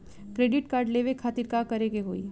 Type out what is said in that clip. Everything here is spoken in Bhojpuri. क्रेडिट कार्ड लेवे खातिर का करे के होई?